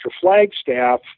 Flagstaff